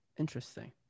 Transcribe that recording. interesting